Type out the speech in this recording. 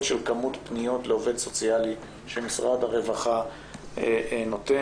של כמות פניות לעובד סוציאלי שמשרד הרווחה נותן,